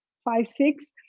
five, six.